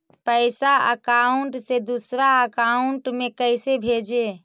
पैसा अकाउंट से दूसरा अकाउंट में कैसे भेजे?